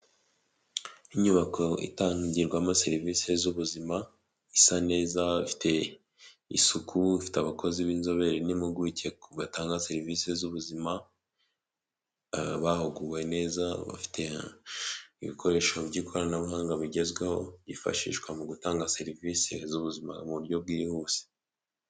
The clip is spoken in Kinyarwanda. Inyubako itangirwamo serivisi z'ubuzima, isa neza ifite isuku, ifite abakozi b'inzobere n'impuguke batanga serivisi z'ubuzima, bahuguwe neza, bafite ibikoresho by'ikoranabuhanga bigezweho byifashishwa mu gutanga serivisi z'ubuzima mu buryo bwihuse.